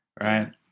right